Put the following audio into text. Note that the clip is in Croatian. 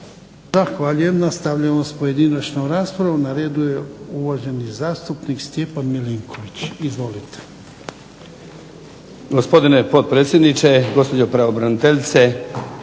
Zahvaljujem. Nastavljamo sa pojedinačnom raspravom. Na redu je uvaženi zastupnik Stjepan Milinković. Izvolite.